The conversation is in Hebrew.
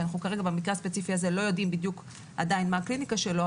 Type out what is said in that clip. שאנחנו כרגע במקרה הספציפי הזה לא יודעים בדיוק עדיין מה הקליניקה שלו,